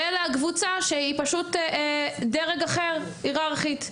והיל"ה היא הקבוצה שהיא פשוט דרג אחר הירארכית.